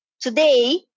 Today